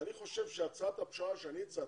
ואני חושב שהצעת הפשרה שאני הצעתי,